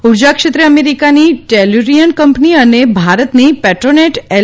ઉર્જા ક્ષેત્રે અમેરીકાની ટેલુરીયન કંપની અને ભારતની પેટ્રોનેટ એલ